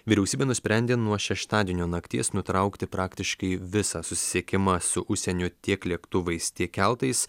vyriausybė nusprendė nuo šeštadienio nakties nutraukti praktiškai visą susisiekimą su užsieniu tiek lėktuvais tiek keltais